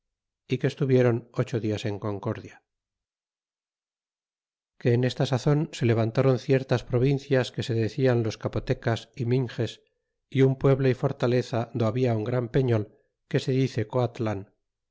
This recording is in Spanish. y que estuviéron ocho dias en concordia y que en esta sazon se levantaron ciertas provincias que se decian los capotecas y minxes y un pueblo y fortaleza do habia un gran pehol que se dice coatlan